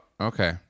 okay